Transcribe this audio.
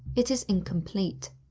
it is incomplete.